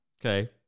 okay